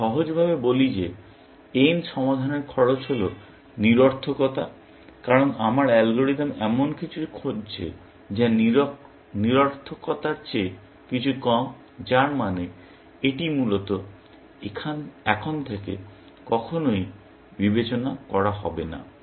আমি সহজভাবে বলি যে n সমাধানের খরচ হল নিরর্থকতা কারণ আমার অ্যালগরিদম এমন কিছু খুঁজছে যা নিরর্থকতার চেয়ে কিছু কম যার মানে এটি মূলত এখন থেকে কখনই বিবেচনা করা হবে না